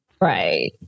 Right